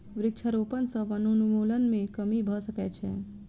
वृक्षारोपण सॅ वनोन्मूलन मे कमी भ सकै छै